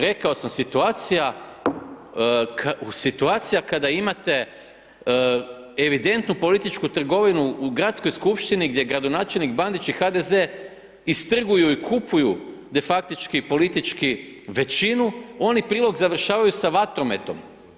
Rekao sam, situacija kada imate evidentnu političku trgovinu u gradskoj skupštini gdje gradonačelnik Bandić i HDZ istrguju i kupuju de faktički politički većinu, oni prilog završavaju sa vatrometom.